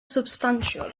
substantial